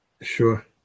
Sure